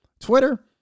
Twitter